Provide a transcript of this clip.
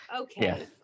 Okay